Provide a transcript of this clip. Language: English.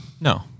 No